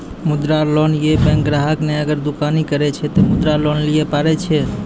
मुद्रा लोन ये बैंक ग्राहक ने अगर दुकानी करे छै ते मुद्रा लोन लिए पारे छेयै?